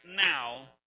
now